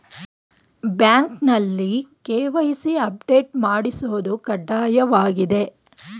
ಬ್ಯಾಂಕ್ನಲ್ಲಿ KYC update ಮಾಡಿಸೋದು ಕಡ್ಡಾಯವಾಗಿದೆ